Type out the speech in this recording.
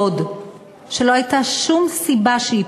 לא, סליחה.